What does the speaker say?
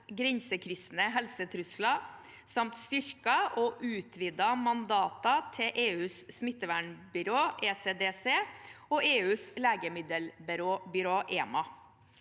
grensekryssende helsetrusler samt styrkede og utvidede mandater til EUs smittevernbyrå, ECDC, og EUs legemiddelbyrå, EMA.